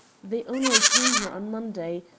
they only came here on monday.